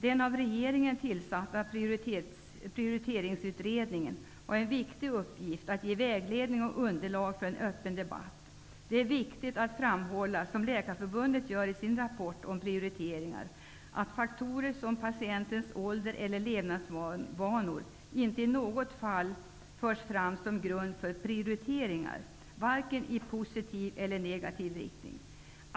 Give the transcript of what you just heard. Den av regeringen tillsatta prioriteringsutredningen har en viktig uppift att ge vägledning och underlag för en öppen debatt. Det är viktigt att framhålla, som Läkarförbundet gör i sin rapport om prioriteringar, att faktorer som patientens ålder eller levnadsvanor inte i något fall förs fram som grund för prioriteringar, varken i positiv eller negativ riktning.